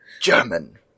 German